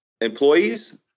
employees